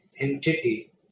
entity